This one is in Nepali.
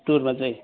टुरमा चाहिँ